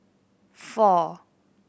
four